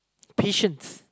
patients